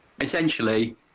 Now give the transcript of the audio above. essentially